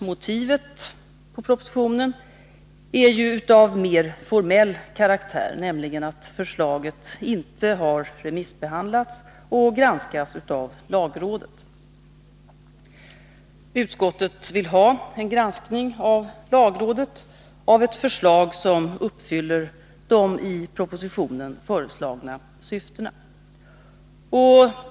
Motivet för avstyrkandet av propositionen är av mer formell karaktär, nämligen att förslaget inte har remissbehandlats och granskats av lagrådet. Utskottet vill ha granskning av lagrådet av ett förslag som uppfyller de i propositionen föreslagna syftena.